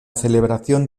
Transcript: celebración